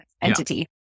entity